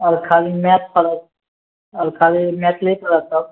आओर खाली मैथ पढ़ब आओर खाली मैथिली पढ़ब तब